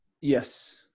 Yes